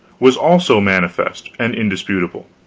was also manifest and indisputable